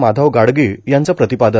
माधव गाडगिळ यांचं प्रतिपादन